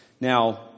Now